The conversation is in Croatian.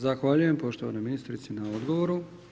Zahvaljujem poštovanoj ministrici na odgovoru.